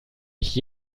mich